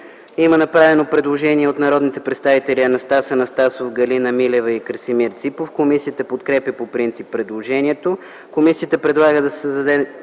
Има направено предложение от народните представители Анастас Анастасов, Галина Милева и Красимир Ципов. Комисията подкрепя по принцип предложението. Комисията предлага да се създаде